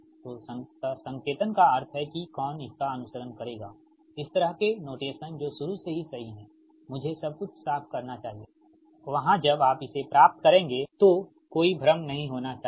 तो संकेतन का अर्थ है कि कौन इसका अनुसरण करेगा इस तरह के नोटेशन जो शुरू से ही सही हैं मुझे सबकुछ साफ करना चाहिए वहां जब आप इसे प्राप्त करेंगे तो कोई भ्रम नहीं होना चाहिए